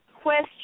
question